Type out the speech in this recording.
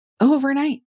overnight